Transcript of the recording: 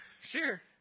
Sure